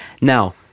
Now